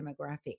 demographic